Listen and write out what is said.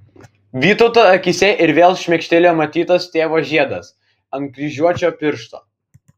vytauto akyse ir vėl šmėkštelėjo matytas tėvo žiedas ant kryžiuočio piršto